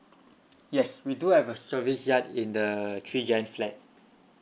yes we do have a service yard in the three gen flat